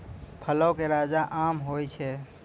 फलो के राजा आम होय छै